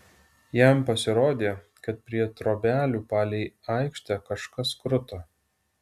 jam pasirodė kad prie trobelių palei aikštę kažkas kruta